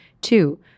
Two